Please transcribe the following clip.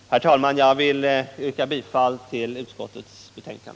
Herr talman! Jag yrkar bifall till utskottets hemställan.